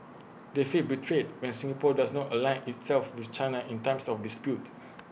they feel betrayed when Singapore does not align itself with China in times of dispute